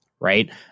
right